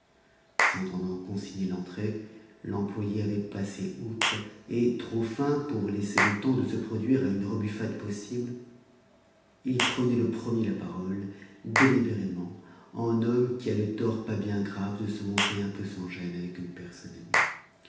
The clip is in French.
s'entendant consigner l'entrée l'employé avait passé outre et trop fin pour laisser le temps de se produire à une rebuffade possible il prenait le premier la parole délibérément en homme qui a le tort pas bien grave de se montrer un peu sans-gêne avec une personne amie